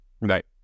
Right